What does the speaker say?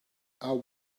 are